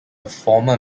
former